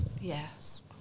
Yes